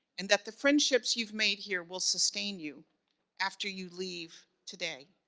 and that the friendships you've made here will sustain you after you leave today.